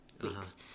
weeks